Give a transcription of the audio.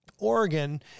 Oregon